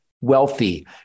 Wealthy